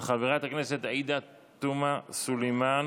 של חברת הכנסת עאידה תומא סלימאן.